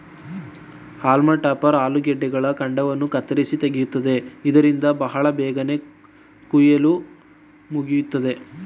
haulm topper ಆಲೂಗಡ್ಡೆಗಳ ಕಾಂಡವನ್ನು ಕತ್ತರಿಸಿ ತೆಗೆಯುತ್ತದೆ ಇದರಿಂದ ಬಹಳ ಬೇಗನೆ ಕುಯಿಲು ಮುಗಿಯುತ್ತದೆ